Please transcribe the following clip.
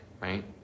right